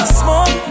smoke